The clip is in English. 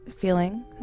feeling